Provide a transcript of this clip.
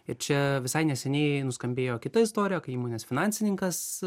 ir čia visai neseniai nuskambėjo kita istorija kai įmonės finansininkas